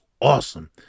awesome